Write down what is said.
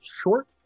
short